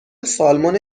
سالمون